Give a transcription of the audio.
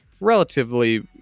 relatively